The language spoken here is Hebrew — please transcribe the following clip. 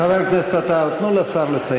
חבר הכנסת עטר, תנו לשר לסיים.